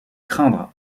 craindre